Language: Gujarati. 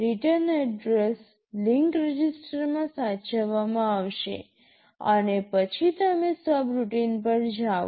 રિટર્ન એડ્રેસ લિંક રજિસ્ટરમાં સાચવવામાં આવશે અને પછી તમે સબરૂટિન પર જાઓ